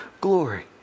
glory